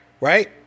right